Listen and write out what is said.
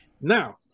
Now